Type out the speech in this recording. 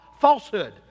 falsehood